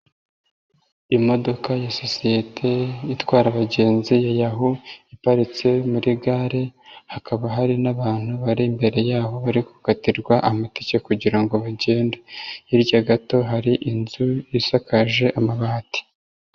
Imodoka ya sosiyete itwara abagenzi ya Yahoo iparitse muri gare, hakaba hari n'abantu bari imbere y'aho bari gukatirwa amatike kugira ngo bagende, hirya gato hari inzu isakaje amabati.